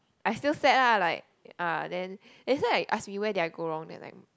I still sad ah like uh then that's why I ask me where did I go wrong then I'm